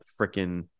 Freaking